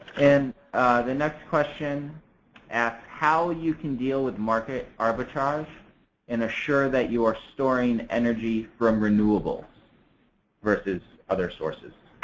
and the next question asks, how you can deal with market arbitrage and assure that you are storing energy from renewable versus other sources?